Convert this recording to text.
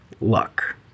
luck